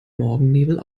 morgennebel